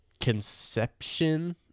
conception